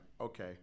okay